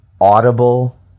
audible